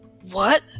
What